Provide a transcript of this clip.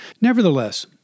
Nevertheless